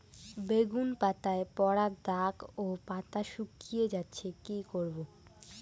বেগুন পাতায় পড়া দাগ ও পাতা শুকিয়ে যাচ্ছে কি করব?